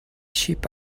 ship